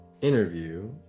interview